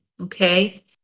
Okay